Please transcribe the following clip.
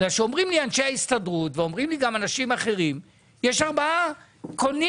בגלל שאומרים לי אנשי ההסתדרות ואנשים אחרים שיש ארבעה קונים